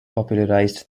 popularized